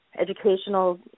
educational